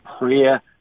prayer